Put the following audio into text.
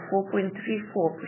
4.34%